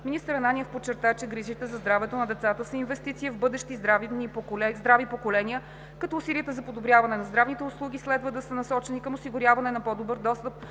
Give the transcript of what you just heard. Министър Ананиев подчерта, че грижите за здравето на децата са инвестиция в бъдещи здрави поколения, като усилията за подобряване на здравните услуги следва да са насочени към осигуряване на по-добър достъп